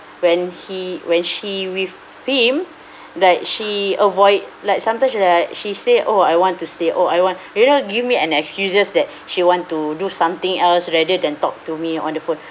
when he when she with him like she avoid like sometimes she like she say oh I want to stay oh I want do you know give me an excuses that she want to do something else rather than talk to me on the phone